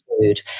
food